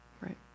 right